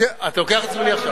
אתה לוקח את זמני עכשיו.